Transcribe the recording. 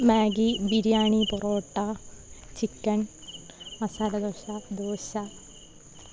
Maggi biryani parotta chicken masala dosa dosa